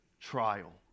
trial